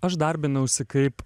aš darbinausi kaip